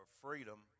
freedom